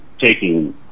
taking